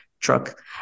truck